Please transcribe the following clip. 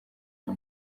aho